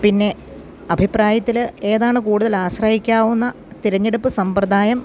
പിന്നെ അഭിപ്രായത്തിൽ ഏതാണ് കൂടുതൽ ആശ്രയിക്കാവുന്ന തിരഞ്ഞെടുപ്പ് സമ്പ്രദായം